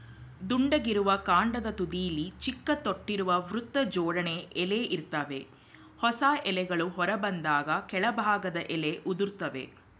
ದುಂಡಗಿರುವ ಕಾಂಡದ ತುದಿಲಿ ಚಿಕ್ಕ ತೊಟ್ಟಿರುವ ವೃತ್ತಜೋಡಣೆ ಎಲೆ ಇರ್ತವೆ ಹೊಸ ಎಲೆಗಳು ಹೊರಬಂದಾಗ ಕೆಳಭಾಗದ ಎಲೆ ಉದುರ್ತವೆ